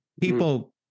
people